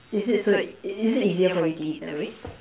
is it so that is it easier for you to eat that way